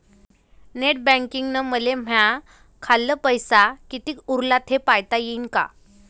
Net बँकिंगनं मले माह्या खाल्ल पैसा कितीक उरला थे पायता यीन काय?